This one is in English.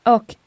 Och